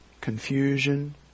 confusion